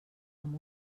amb